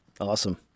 Awesome